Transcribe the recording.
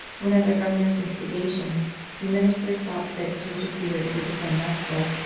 when at their governor s instigation the ministers thought fit to interfere and to defend resta.